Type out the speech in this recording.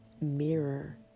mirror